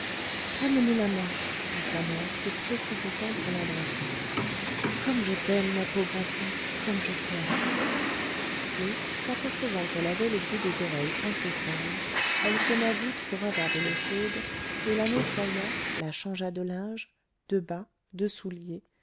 amenez la moi dit sa mère se précipitant pour l'embrasser comme je t'aime ma pauvre enfant comme je t'aime puis s'apercevant qu'elle avait le bout des oreilles un peu sale elle sonna vite pour avoir de l'eau chaude et la nettoya la changea de linge de bas de souliers